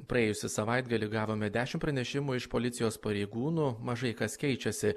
praėjusį savaitgalį gavome dešim pranešimų iš policijos pareigūnų mažai kas keičiasi